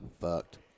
fucked